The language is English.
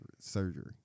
surgery